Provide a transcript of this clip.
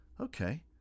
okay